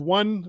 one